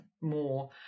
more